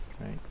Right